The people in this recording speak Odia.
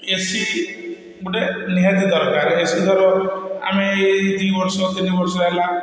ଏ ସି ଗୋଟେ ନିହାତି ଦରକାର ଏ ସି ଧର ଆମେ ଏଇ ଦୁଇବର୍ଷ ତିନିବର୍ଷ ହେଲା